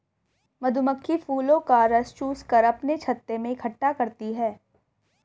मधुमक्खी फूलों का रस चूस कर अपने छत्ते में इकट्ठा करती हैं